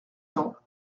cents